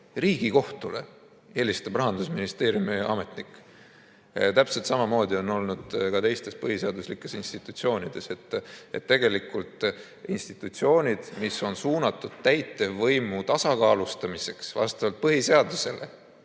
Riigikohtule helistab Rahandusministeeriumi ametnik! Täpselt samamoodi on olnud ka teistes põhiseaduslikes institutsioonides. Tegelikult institutsioonidele, mis on suunatud täitevvõimu tasakaalustamiseks vastavalt põhiseadusele,